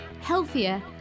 healthier